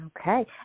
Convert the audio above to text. okay